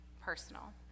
personal